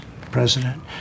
president